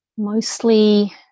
Mostly